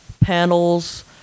panels